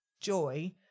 joy